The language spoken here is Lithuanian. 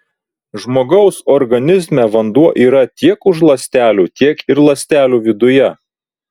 žmogaus organizme vanduo yra tiek už ląstelių tiek ir ląstelių viduje